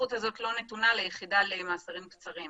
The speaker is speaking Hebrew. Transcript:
הסמכות הזו לא נתונה ליחידה למאסרים קצרים.